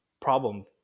problem